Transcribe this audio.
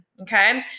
okay